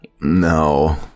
No